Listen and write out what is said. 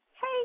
hey